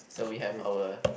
so we have our